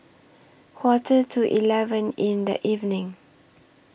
Quarter to eleven in The evening